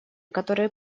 которые